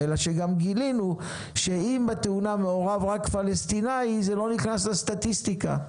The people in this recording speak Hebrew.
אלא שגם גילינו שאם בתאונה מעורב רק פלסטיני זה לא נכנס לסטטיסטיקה,